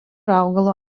augalo